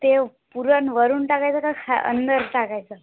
ते पुरण वरून टाकायचं का खा अंदर टाकायचं